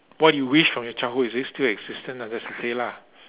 what you wish from your childhood is it still existent lah just to say lah